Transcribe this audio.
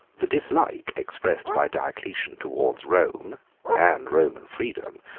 the dislike expressed by diocletian towards rome and roman freedom,